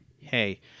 hey